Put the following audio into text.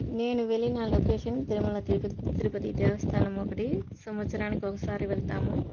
నేను వెళ్ళిన లొకేషన్ తిరుమల తిరుప తిరుపతి దేవస్థానము ఒకటి సంవత్సరానికి ఒకసారి వెళ్తాము